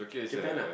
Japan ah